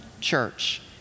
church